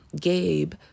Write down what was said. gabe